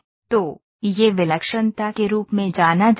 तो यह विलक्षणता के रूप में जाना जाता है